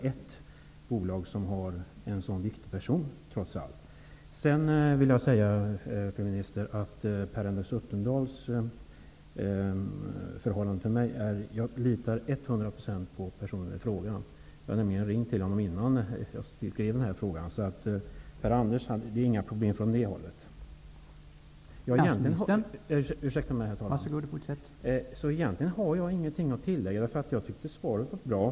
Sedan vill jag, fru minister, säga att jag till hundra procent litar på Per Anders Örtendahl. Innan jag lämnade in min fråga ringde jag nämligen upp honom, så jag vet att det inte finns några problem på det hållet. Egentligen har jag inget att tillägga. Svaret är bra.